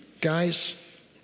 Guys